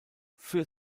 für